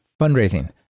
fundraising